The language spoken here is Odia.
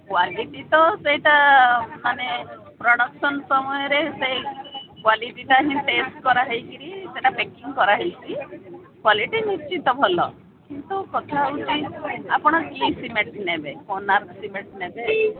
କ୍ଵାଲିଟି ତ ସେଇଟା ମାନେ ପ୍ରଡ଼କ୍ସନ୍ ସମୟରେ ସେଇ କ୍ଵାଲିଟିଟା ହିଁ ଚେଞ୍ଜ କରାହେଇକିରି ସେଇଟା ପ୍ୟାକିଂ କରାହେଇଛି କ୍ଵାଲିଟି ନିଶ୍ଚିତ ଭଲ କିନ୍ତୁ କଥା ହେଉଛି ଆପଣ କି ସିମେଣ୍ଟ ନେବେ କୋଣାର୍କ ସିମେଣ୍ଟ ନେବେ